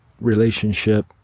relationship